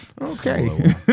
Okay